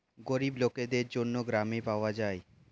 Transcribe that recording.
গরিব লোকদের জন্য গ্রামে পাওয়া যায়